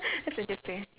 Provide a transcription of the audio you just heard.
guess I'll just save